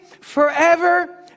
forever